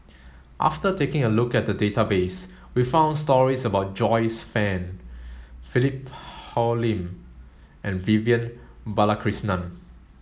after taking a look at the database we found stories about Joyce Fan Philip Hoalim and Vivian Balakrishnan